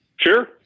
Sure